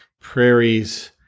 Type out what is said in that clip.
prairies